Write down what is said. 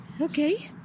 okay